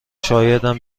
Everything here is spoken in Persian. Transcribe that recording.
شایدم